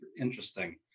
interesting